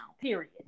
period